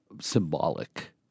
symbolic